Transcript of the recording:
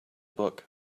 book